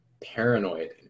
paranoid